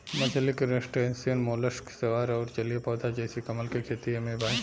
मछली crustaceans mollusc शैवाल अउर जलीय पौधा जइसे कमल के खेती एमे बा